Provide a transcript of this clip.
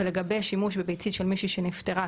ולגבי שימוש בביצית של מישהי שנפטרה,